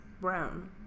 Brown